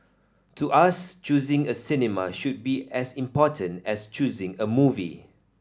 to us choosing a cinema should be as important as choosing a movie